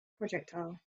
projectile